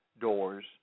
doors